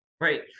Right